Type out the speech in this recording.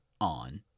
on